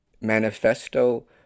manifesto